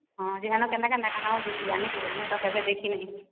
ହଁ ଯିବା କେନ୍ତା କେନ୍ତା ଜାଗା ଜାନକେ ଲିଏ ମୁଇଁ ତ କେବେ ଦେଖିନାହିଁ